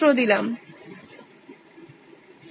hint hint